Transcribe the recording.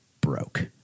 broke